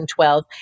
2012